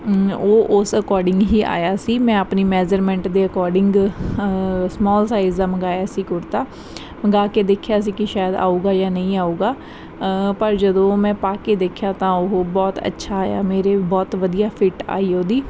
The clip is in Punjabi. ਉਹ ਉਸ ਅਕੋਰਡਿੰਗ ਹੀ ਆਇਆ ਸੀ ਮੈਂ ਆਪਣੀ ਮੈਜ਼ਰਮੈਂਟ ਦੇ ਅਕੋਰਡਿੰਗ ਸਮਾਲ ਸਾਈਜ਼ ਦਾ ਮੰਗਾਇਆ ਸੀ ਕੁੜਤਾ ਮੰਗਾ ਕੇ ਦੇਖਿਆ ਸੀ ਕਿ ਸ਼ਾਇਦ ਆਊਗਾ ਜਾਂ ਨਹੀਂ ਆਊਗਾ ਪਰ ਜਦੋਂ ਮੈਂ ਪਾ ਕੇ ਦੇਖਿਆ ਤਾਂ ਉਹ ਬਹੁਤ ਅੱਛਾ ਆਇਆ ਮੇਰੇ ਬਹੁਤ ਵਧੀਆ ਫਿੱਟ ਆਈ ਉਹਦੀ